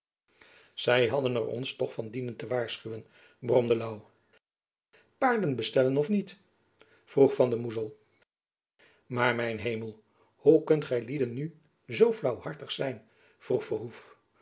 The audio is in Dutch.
zy hadden er ons toch van dienen te waarschuwen bromde louw paarden bestellen of niet vroeg van de moezel maar mijn hemel hoe kunt gylieden nu zoo flaauwhartig zijn vroeg verhoef